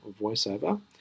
voiceover